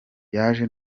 yaje